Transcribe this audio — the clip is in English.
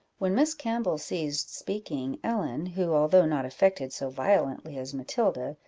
when miss campbell ceased speaking, ellen, who, although not affected so violently as matilda,